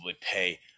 pay